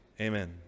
Amen